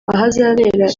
ahazabera